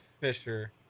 fisher